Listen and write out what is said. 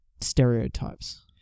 stereotypes